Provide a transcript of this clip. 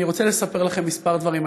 אני רוצה לספר לכם כמה דברים.